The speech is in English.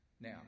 Now